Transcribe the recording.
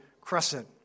crescent